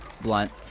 Blunt